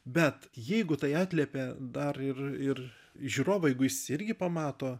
bet jeigu tai atliepia dar ir ir žiūrovą jeigu jis irgi pamato